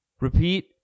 Repeat